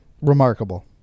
Remarkable